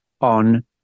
on